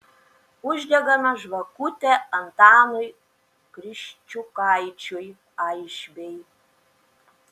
uždegame žvakutę antanui kriščiukaičiui aišbei